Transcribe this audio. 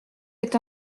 est